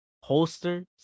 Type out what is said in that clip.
Holster